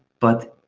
but